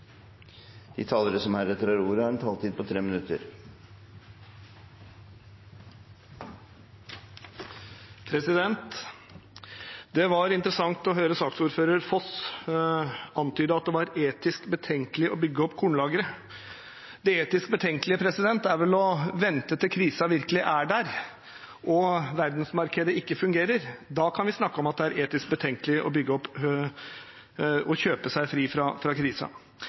De talere som heretter får ordet, har en taletid på inntil 3 minutter. Det var interessant å høre saksordfører Foss antyde at det var etisk betenkelig å bygge opp kornlagre. Det etisk betenkelige er vel å vente til krisen virkelig er der og verdensmarkedet ikke fungerer. Da kan vi snakke om at det er etisk betenkelig å kjøpe seg fri fra